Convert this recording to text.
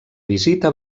visita